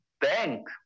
bank